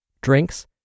drinks